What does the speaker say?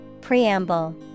Preamble